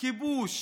כיבוש